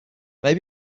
may